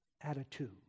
attitude